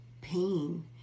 pain